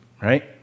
right